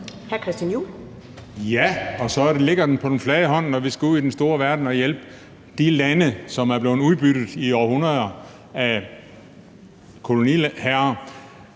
Ja, og så ligger den på den flade hånd, når vi skal ud i den store verden og hjælpe de lande, som er blevet udbyttet i århundreder af koloniherrer,